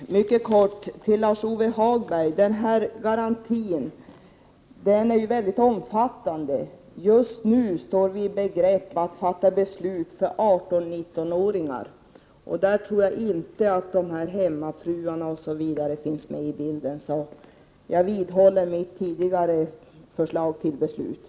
Herr talman! Mycket kort till Lars-Ove Hagberg: Den föreslagna garantin är väldigt omfattande. Just nu står vi i begrepp att fatta beslut som gäller 18-19-åringar, och där tror jag inte att hemmafruar m.fl. finns med i bilden, så jag vidhåller mitt tidigare förslag till beslut.